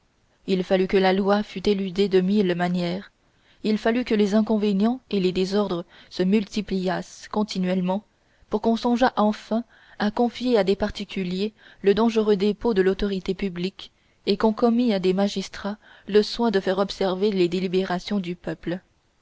il fallut que la loi fût éludée de mille manières il fallut que les inconvénients et les désordres se multipliassent continuellement pour qu'on songeât enfin à confier à des particuliers le dangereux dépôt de l'autorité publique et qu'on commît à des magistrats le soin de faire observer les délibérations du peuple